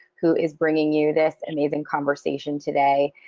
who is bringing you this amazing conversation today.